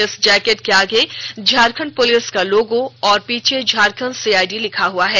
इस जैकेट के आगे झारखंड प्रलिस का लोगो और पीछे झारखंड सीआईडी लिखा हुआ है